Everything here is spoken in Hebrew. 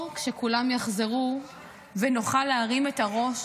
כשכולם יחזרו ונוכל להרים את הראש